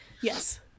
Yes